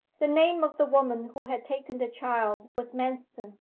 the name of the woman who had taken the child was manston.